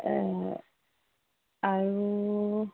আৰু